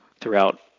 throughout